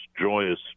joyous